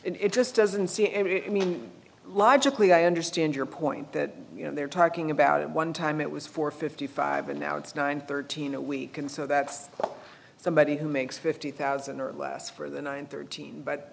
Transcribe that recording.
and it just doesn't see any i mean logically i understand your point that you know they're talking about it one time it was four fifty five and now it's nine thirteen a week and so that's somebody who makes fifty thousand or less for the nine thirteen